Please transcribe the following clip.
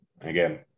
Again